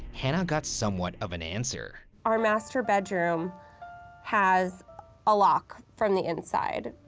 hannah got somewhat of an answer. our master bedroom has a lock from the inside,